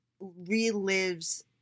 relives